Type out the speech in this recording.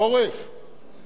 כל השומע,